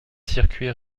circuits